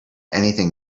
anything